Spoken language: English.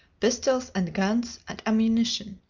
pistols, and guns, and ammunition.